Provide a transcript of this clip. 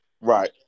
Right